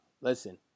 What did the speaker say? listen